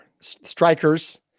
strikers